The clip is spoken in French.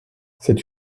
c’est